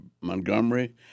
Montgomery